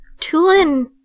Tulin